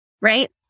right